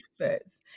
experts